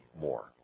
more